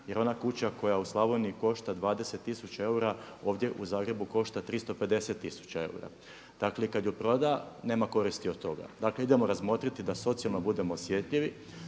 jer ona kuća koja u Slavoniji košta 20 tisuća eura ovdje u Zagrebu košta 350 tisuća eura. Dakle kada ju proda nema koristi od toga. Dakle idemo razmotriti da socijalno budemo osjetljivi,